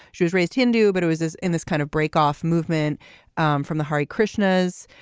she's raised hindu but it was this in this kind of break off movement um from the hari krishnas.